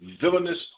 villainous